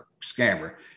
scammer